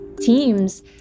teams